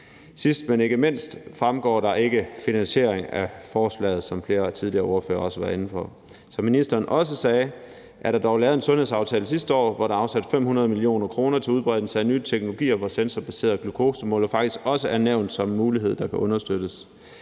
Sidst, men ikke mindst, fremgår der ikke en finansiering af forslaget, som flere ordførere også tidligere har været inde på. Som ministeren også sagde, er der dog lavet en sundhedsaftale sidste år, hvor der er afsat 500 mio. kr. til udbredelsen af ny teknologi, og hvor sensorbaserede glukosemålere faktisk også er nævnt som en mulighed, der kan understøttes.